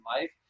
life